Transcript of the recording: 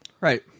Right